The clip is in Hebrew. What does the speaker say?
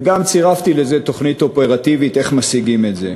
וגם צירפתי לזה תוכנית אופרטיבית איך משיגים את זה.